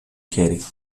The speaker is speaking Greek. χέρι